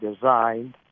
designed